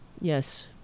Yes